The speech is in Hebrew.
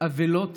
אבלות